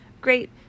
great